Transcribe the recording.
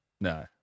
No